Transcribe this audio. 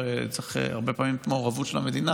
וצריך הרבה פעמים את המעורבות של המדינה,